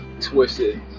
twisted